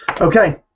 okay